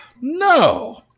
no